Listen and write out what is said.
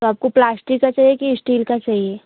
तो आपको प्लास्टिक का चाहिए कि इस्टील का चाहिए